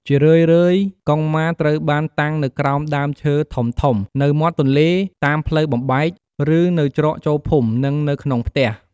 ជារឿយៗកុងម៉ាត្រូវបានតាំងនៅក្រោមដើមឈើធំៗ នៅមាត់ទន្លេ តាមផ្លូវបំបែក ឬនៅច្រកចូលភូមិ និងនៅក្នុងផ្ទះ។